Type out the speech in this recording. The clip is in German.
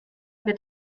wird